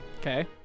Okay